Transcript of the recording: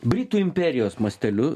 britų imperijos masteliu